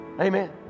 Amen